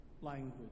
language